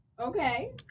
Okay